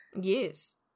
Yes